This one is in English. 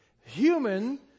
Human